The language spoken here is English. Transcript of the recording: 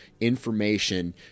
information